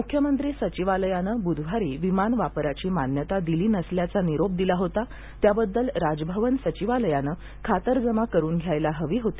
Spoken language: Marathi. मुख्यमंत्री सचिवालयानं बुधवारी विमान वापराची मान्यता दिली नसल्याचा निरोप दिला होता त्याबद्दल राजभवन सचिवालयाने खातरजमा करून घ्यायला हवी होती